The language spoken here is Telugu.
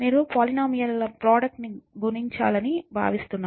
మీరు పోలీనోమియల్ ల ప్రోడక్ట్ ని గణించాలని భావిస్తున్నారు